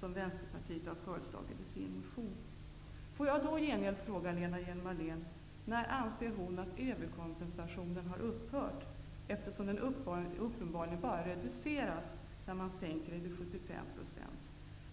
som Vänsterpartiet har föreslagit i sin motion. Får jag i gengäld fråga Lena Hjelm-Wallén: När anser Lena Hjelm-Wallén att överkompensationen har upphört, eftersom den uppenbarligen bara reduceras när man sänker den till 75 %?